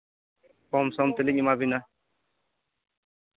ᱠᱚᱢ ᱥᱚᱢ ᱛᱮᱞᱤᱧ ᱮᱢᱟ ᱵᱤᱱᱟ